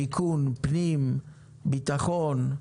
שיכון, פנים, ביטחון,